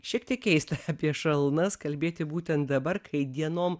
šiek tiek keista apie šalnas kalbėti būtent dabar kai dienom